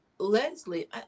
Leslie